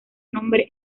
nombre